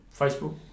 Facebook